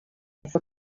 for